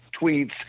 tweets